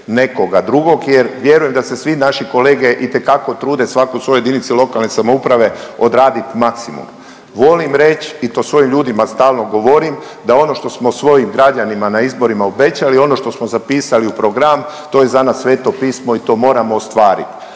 nekoga drugog jer vjerujem da se svi naši kolege itekako trude svako u svojoj jedinici lokalne samouprave odraditi maksimum. Volim reći i to svojim ljudima stalno govorim da ono što smo svojim građanima na izborima obećali, ono što smo zapisali u program to je za nas sveto pismo i to moramo ostvariti.